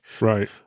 Right